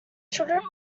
children